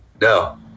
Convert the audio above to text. No